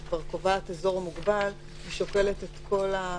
כבר קובעת אזור מוגבל היא שוקלת את הכול.